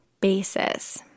basis